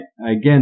again